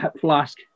flask